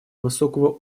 высокого